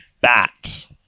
bat